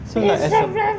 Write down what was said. so like as I am